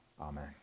Amen